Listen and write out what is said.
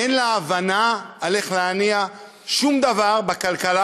אין לה הבנה על איך להניע שום דבר בכלכלה